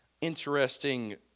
interesting